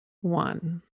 One